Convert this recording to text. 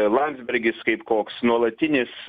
landsbergis kaip koks nuolatinis